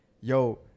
yo